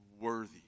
worthy